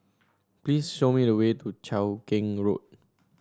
please show me the way to Cheow Keng Road